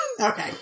Okay